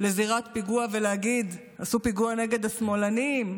לזירת פיגוע ולהגיד: עשו פיגוע נגד השמאלנים,